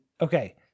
okay